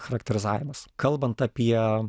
charakterizavimas kalbant apie